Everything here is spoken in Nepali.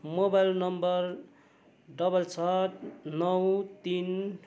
मोबाइल नम्बर डबल छ नौ तिन